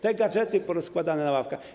Te gadżety porozkładane na ławkach.